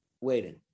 waiting